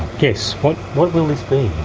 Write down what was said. guess, what what will this be?